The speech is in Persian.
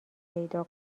پیدا